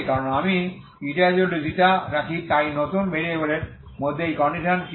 কারণ আমি ηξ রাখি তাই নতুন ভেরিয়েবলের মধ্যে এই কন্ডিশনসটি